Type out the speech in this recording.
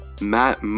Matt